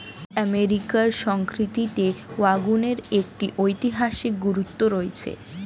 আমেরিকার সংস্কৃতিতে ওয়াগনের একটি ঐতিহাসিক গুরুত্ব রয়েছে